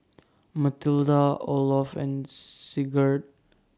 Matilda Olof and Sigurd